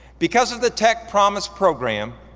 because of the tech promise program,